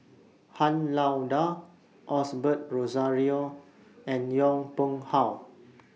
Han Lao DA Osbert Rozario and Yong Pung How